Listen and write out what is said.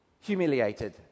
humiliated